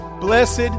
blessed